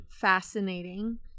fascinating